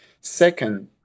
Second